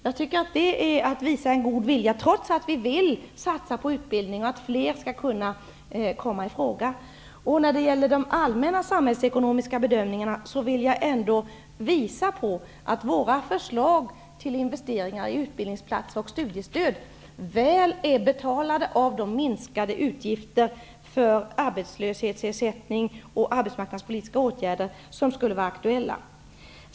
Jag tycker att det är att visa en god vilja -- trots att vi vill satsa på utbildning och på att fler skall kunna komma i fråga. När det gäller de allmänna samhällsekonomiska bedömningarna, vill jag ändå visa att våra förslag till investeringar i utbildningsplatser och studiestöd väl är betalda av de minskade utgifter för arbetslöshetsersättning och arbetsmarknadspolitiska åtgärder som skulle vara aktuella.